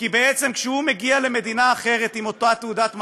כי בעצם כשהוא מגיע למדינה אחרת עם אותה תעודת מעבר,